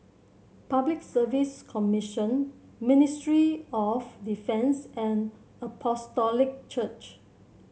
Public Service Commission Ministry of Defence and Apostolic Church